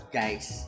guys